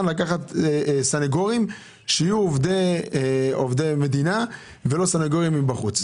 לקחת סניגורים שיהיו עובדי מדינה לא סניגורים מבחוץ.